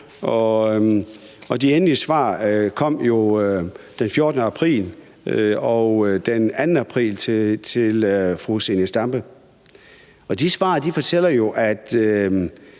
de endelige svar kom jo den 14. april og den 2. april til fru Zenia Stampe. Og de svar fortæller jo